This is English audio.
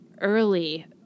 early